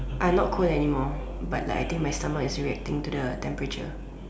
I'm not cold anymore but like I think my stomach is still reacting to the temperature